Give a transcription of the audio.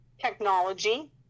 technology